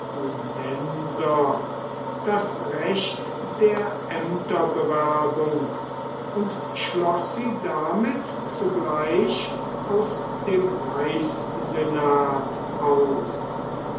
das recht der ämterbewerbung und schloß sie damit zugleich aus dem reichssenat aus